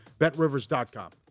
BetRivers.com